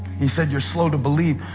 he said, you're slow to believe.